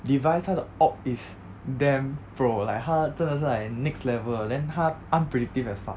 device 他的 is damn pro like 他真的是 like next level 的 then 他 unpredictive as fuck